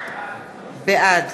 בעד